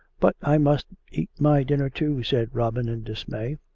but i must eat my dinner too, said robin, in dismay.